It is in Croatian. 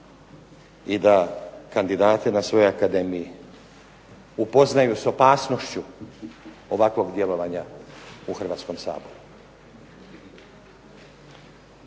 i da kandidate na svojoj akademiji upoznaju s opasnošću ovakvog djelovanja u Hrvatskom saboru.